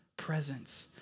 presence